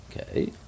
Okay